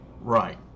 Right